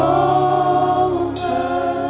over